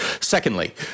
Secondly